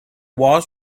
walls